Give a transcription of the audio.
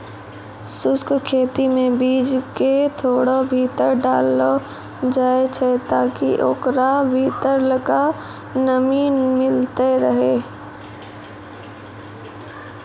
शुष्क खेती मे बीज क थोड़ा भीतर डाललो जाय छै ताकि ओकरा भीतरलका नमी मिलतै रहे